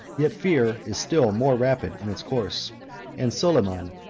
yet fear is still more rapid in its course and soliman,